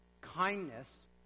kindness